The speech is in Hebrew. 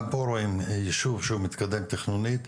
גם פה רואים ישוב שהוא מתקדם תכנונית,